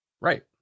Right